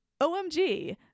OMG